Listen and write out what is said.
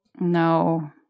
No